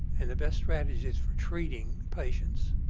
and the best strategies for treating patients